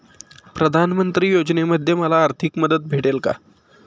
प्रधानमंत्री योजनेमध्ये मला आर्थिक मदत भेटेल का?